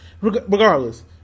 regardless